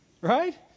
Right